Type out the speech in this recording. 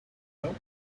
help